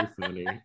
funny